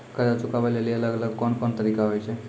कर्जा चुकाबै लेली अलग अलग कोन कोन तरिका होय छै?